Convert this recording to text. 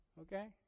Okay